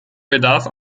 bedarf